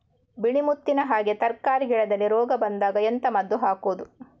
ಬಿಳಿ ಮುತ್ತಿನ ಹಾಗೆ ತರ್ಕಾರಿ ಗಿಡದಲ್ಲಿ ರೋಗ ಬಂದಾಗ ಎಂತ ಮದ್ದು ಹಾಕುವುದು?